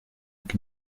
uko